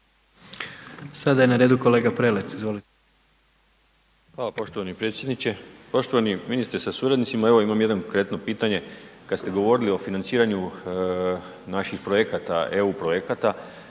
Sada je na redu kolega Prelec, izvolite. **Prelec, Alen (SDP)** Hvala poštovani predsjedniče. Poštovani ministre sa suradnicima, evo imam jedno konkretno pitane, kad ste govorili o financiranju naših projekata, EU projekata,